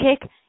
kick